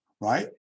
right